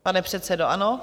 Pane předsedo, ano?